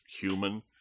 human